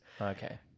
Okay